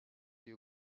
you